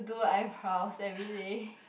do eyebrows everyday